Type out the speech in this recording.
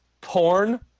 Porn